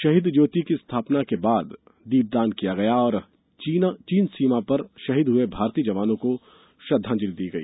शहीद ज्योति की स्थापना के बाद दीपदान किया गया और चीन सीमा पर शहीद हुए भारतीय जवानों को श्रद्धांजलि दी गई